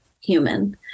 human